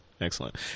Excellent